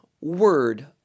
word